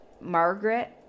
Margaret